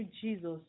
Jesus